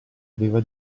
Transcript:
aveva